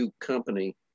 company